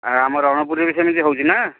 ଆଉ ଆମ ରଣପୁରରେ ବି ସେମିତି ହେଉଛି ନା